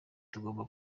tugomba